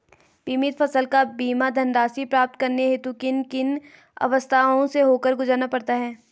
बीमित फसल का बीमा धनराशि प्राप्त करने हेतु किन किन अवस्थाओं से होकर गुजरना पड़ता है?